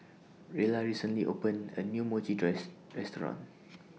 Rella recently opened A New Mochi tress Restaurant